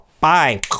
Bye